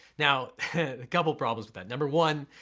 now a couple problems with that. number one,